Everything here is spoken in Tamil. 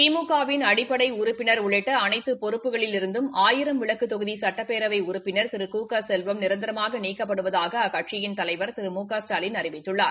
திமுக வின் அடிப்படை உறுப்பினர் உள்ளிட்ட அனைத்து பொறுப்புகளிலிருந்தும் ஆயிரம்விளக்கு தொகுதி சுட்டப்பேரவை உறுப்பினர் திரு கு க செல்வம் நிரந்தரமாக நீக்கப்படுவதாக அக்கட்சியின் தலைவர் திரு மு க ஸ்டாலின் அறிவித்துள்ளார்